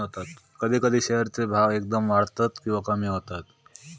कधी कधी शेअर चे भाव एकदम वाढतत किंवा कमी होतत